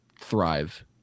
thrive